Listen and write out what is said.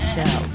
Show